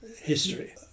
history